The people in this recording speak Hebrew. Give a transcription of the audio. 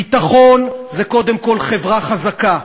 ביטחון זה קודם כול חברה חזקה,